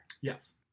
Yes